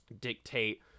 dictate –